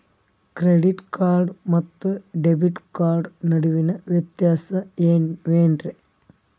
Credit card ಮತ್ತು debit card ನಡುವಿನ ವ್ಯತ್ಯಾಸ ವೇನ್ರೀ?